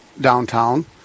downtown